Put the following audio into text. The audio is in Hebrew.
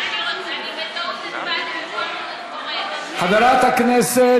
אני בטעות הצבעתי במקומה של,